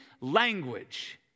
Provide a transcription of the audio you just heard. language